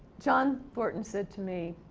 john thornton said to me,